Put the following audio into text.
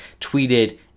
tweeted